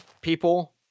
people